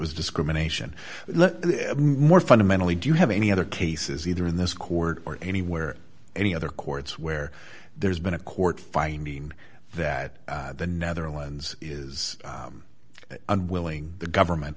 was discrimination look more fundamentally do you have any other cases either in this court or anywhere any other courts where there's been a court fight mean that the netherlands is unwilling the government